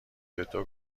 دکتر